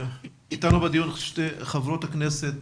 נמצאות בדיון שתי חברות כנסת,